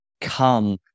come